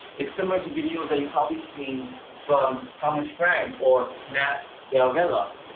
it's similar to videos that you probably seen from thomas frank or matt d'avella.